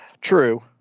True